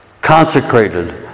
Consecrated